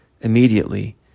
Immediately